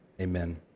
amen